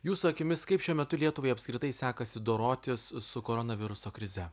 jūsų akimis kaip šiuo metu lietuvai apskritai sekasi dorotis su koronaviruso krize